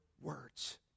words